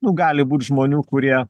nu gali būt žmonių kurie